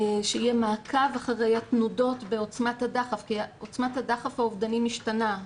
שיהיה מעקב אחרי התנודות בעוצמת הדחף כי עוצמת הדחף האובדני משתנה,